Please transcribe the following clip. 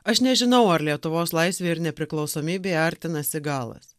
aš nežinau ar lietuvos laisvei ir nepriklausomybei artinasi galas